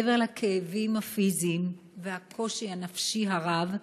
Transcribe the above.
מעבר לכאבים הפיזיים ולקושי הנפשי הרב,